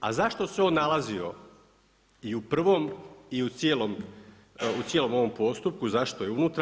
A zašto se on nalazio i u prvom i u cijelom ovom postupku, zašto je unutra?